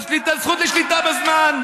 הזכות לשליטה בזמן,